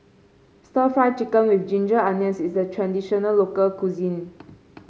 stir Fry Chicken with Ginger Onions is a traditional local cuisine